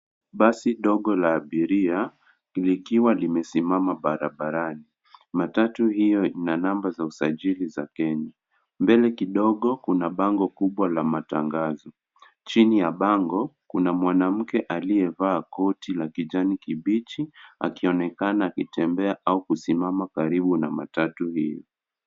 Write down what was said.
Basi dogo la abiria likiwa limesimama barabarani. Matatu hiyo ina namba za usajili za Kenya. Mbele kidogo kuna bango kubwa la matangazo. Chini ya bango kuna mwanamke aliyevaa koti la kijani kibichi akionekana akitembea au kusimama karibu na matatu hii.